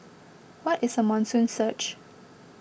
what is a monsoon surge